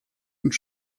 und